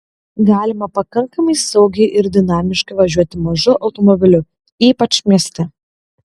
galima pakankamai saugiai ir dinamiškai važiuoti mažu automobiliu ypač mieste